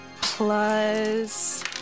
plus